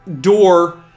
door